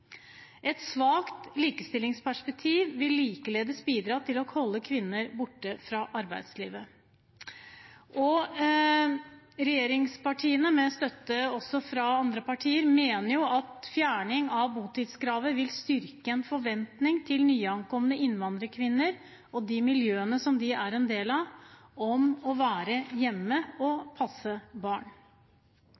Et svakt likestillingsperspektiv vil likeledes bidra til å holde kvinner borte fra arbeidslivet. Regjeringspartiene, med støtte fra andre partier, mener at fjerning av botidskravet vil styrke forventningen hos nyankomne innvandrerkvinner og de miljøene som de er en del av, om å være hjemme og